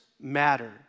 matter